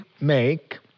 make